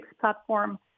platform